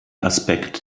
aspekt